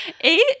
Eight